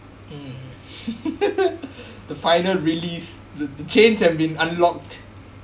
mm the final release the the chains have been unlocked